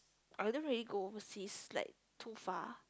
I don't really go overseas like too far